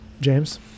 James